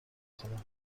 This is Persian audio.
کنند